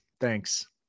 Thanks